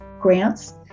grants